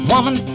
Woman